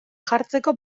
jartzeko